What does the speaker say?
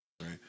Right